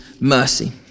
mercy